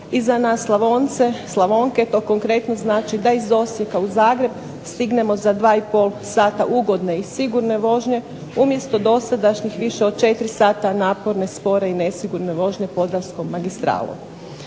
za nas Slavonce, Slavonke to konkretno znači da iz Osijeka u Zagreb stignemo za 2 i pol sata ugodne i sigurne vožnje umjesto dosadašnjih više od četiri sata naporne, spore i nesigurne vožnje Podravskom magistralom.